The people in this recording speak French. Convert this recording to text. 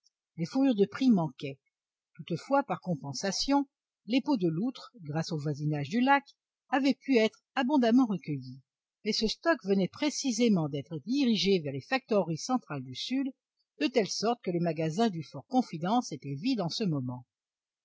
les fourrures de prix manquaient toutefois par compensation les peaux de loutre grâce au voisinage du lac avaient pu être abondamment recueillies mais ce stock venait précisément d'être dirigé vers les factoreries centrales du sud de telle sorte que les magasins du fort confidence étaient vides en ce moment